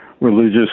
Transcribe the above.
religious